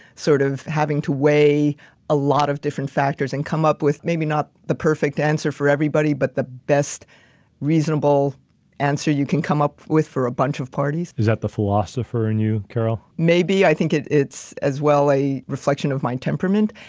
sort of having to weigh a lot of different factors and come up with, maybe not the perfect answer for everybody, but the best reasonable answer you can come up with for a bunch of parties. is that the philosopher and you, carol? maybe, i think it's as well a reflection of my temperament.